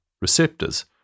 receptors